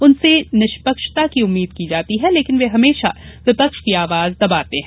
उनसे निष्पक्षता की उम्मीद की जाती है लेकिन वे हमेशा विपक्ष की आवाज दबाते हैं